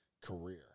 career